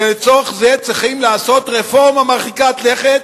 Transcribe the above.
שלצורך זה צריכים לעשות רפורמה מרחיקה לכת.